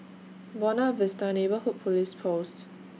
Buona Vista Neighbourhood Police Post